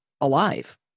alive